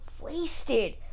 wasted